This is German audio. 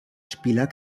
spieler